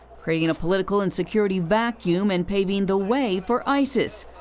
creating a political insecurity vacuum and paving the way for isis.